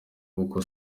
kuko